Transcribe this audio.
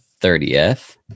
30th